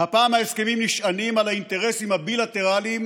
הפעם ההסכמים נשענים על האינטרסים הבילטרליים